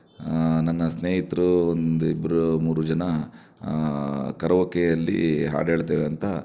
ನನ್ನ ಸ್ನೇಹಿತರು ಒಂದು ಇಬ್ಬರು ಮೂರು ಜನ ಕರೋಕೆಯಲ್ಲಿ ಹಾಡು ಹೇಳ್ತೇವೆ ಅಂತ